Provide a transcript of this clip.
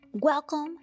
Welcome